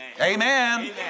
Amen